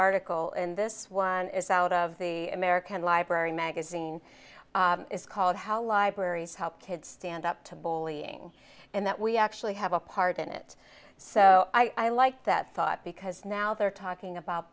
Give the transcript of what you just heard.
article in this one is out of the american library magazine is called how libraries help kids stand up to bullying and that we actually have a part in it so i like that thought because now they're talking about